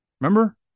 Remember